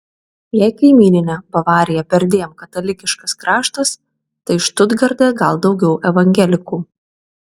jei kaimyninė bavarija perdėm katalikiškas kraštas tai štutgarte gal daugiau evangelikų